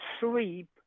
sleep